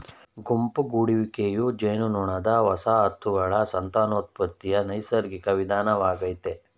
ಗುಂಪು ಗೂಡುವಿಕೆಯು ಜೇನುನೊಣದ ವಸಾಹತುಗಳ ಸಂತಾನೋತ್ಪತ್ತಿಯ ನೈಸರ್ಗಿಕ ವಿಧಾನವಾಗಯ್ತೆ